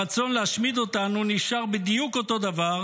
הרצון להשמיד אותנו נשאר בדיוק אותו דבר,